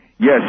Yes